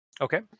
okay